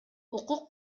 укук